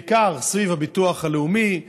בעיקר סביב הביטוח הלאומי,